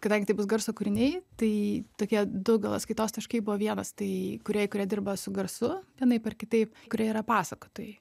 kadangi tai bus garso kūriniai tai tokie du gal atskaitos taškai buvo vienas tai kūrėjai kurie dirba su garsu vienaip ar kitaip kurie yra pasakotojai